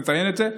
תציין את זה.